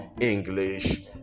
english